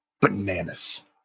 bananas